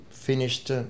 finished